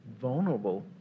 vulnerable